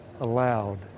allowed